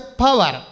power